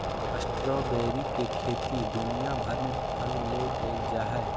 strawberry के खेती दुनिया भर में फल ले कइल जा हइ